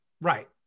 Right